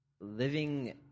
living